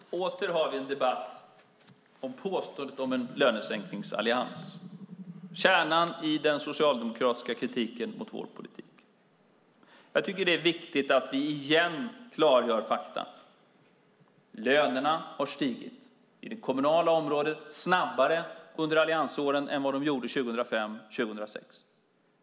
Herr talman! Åter har vi en debatt om en påstådd lönesänkningsallians. Det är kärnan i den socialdemokratiska kritiken mot vår politik. Jag tycker att det är viktigt att vi igen klargör fakta: Lönerna har stigit, på det kommunala området snabbare under alliansåren än de gjorde 2005-2006.